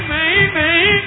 Baby